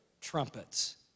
trumpets